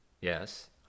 Yes